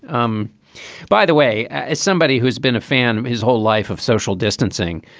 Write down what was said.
um by the way, as somebody who's been a fan his whole life of social distancing